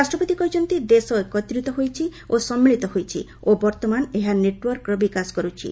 ରାଷ୍ଟ୍ରପତି କହିଛନ୍ତି ଦେଶ ଏକିତ୍ରିତ ହୋଇଛି ଓ ସମ୍ମିଳିତ ହୋଇଛି ଓ ବର୍ଭମାନ ଏହା ନେଟ୍ୱର୍କର ବିକାଶ କର୍ତ୍ଥି